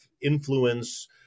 influence